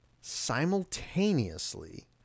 simultaneously